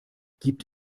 gibt